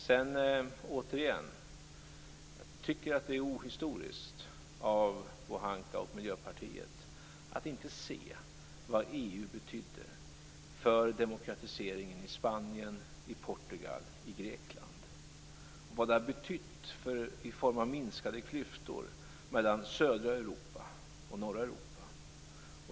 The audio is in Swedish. Sedan tycker jag återigen att det är ohistoriskt av Pohanka och Miljöpartiet att inte se vad EU betydde för demokratiseringen i Spanien, Portugal och Grekland och vad EU har betytt i form av minskade klyftor mellan södra Europa och norra Europa.